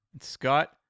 Scott